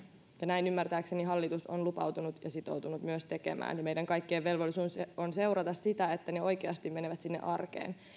ja niitä hallitus on ymmärtääkseni lupautunut ja sitoutunut myös tekemään ja meidän kaikkien velvollisuus on seurata sitä että ne oikeasti menevät sinne arkeen